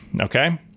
okay